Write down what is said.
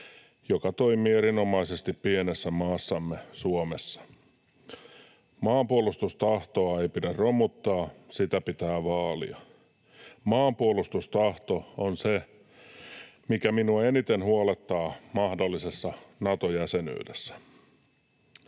joka toimii erinomaisesti pienessä maassamme, Suomessa. Maanpuolustustahtoa ei pidä romuttaa, sitä pitää vaalia. Maanpuolustustahto on se, mikä minua eniten huolettaa mahdollisessa Nato-jäsenyydessä.